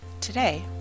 Today